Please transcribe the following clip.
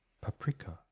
paprika